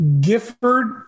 Gifford